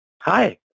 hi